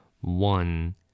One